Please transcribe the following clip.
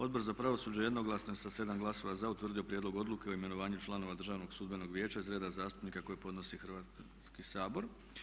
Odbor za pravosuđe jednoglasno je sa 7 glasova za utvrdio prijedlog Odluke o imenovanju članova Državnog sudbenog vijeća iz reda zastupnika koje podnosi Hrvatski sabor.